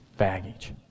baggage